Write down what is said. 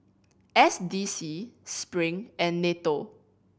S D C Spring and NATO